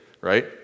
right